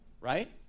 right